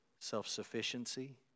self-sufficiency